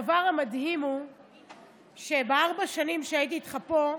הדבר המדהים הוא שבארבע השנים שהייתי איתך פה,